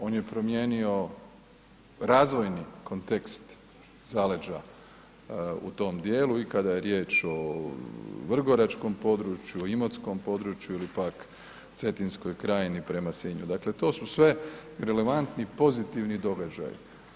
On je promijenio razvojni kontekst zaleđa u tom dijelu i kada je riječ o vrgoračkom području, imotskom području ili pak Cetinskoj krajini prema Sinju, dakle to su sve relevantni pozitivni događaji.